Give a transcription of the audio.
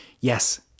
Yes